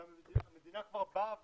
אם המדינה כבר באה